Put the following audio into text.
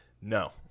No